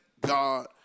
God